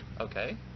Okay